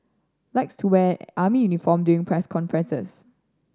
likes to wear army uniform during press conferences